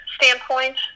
standpoint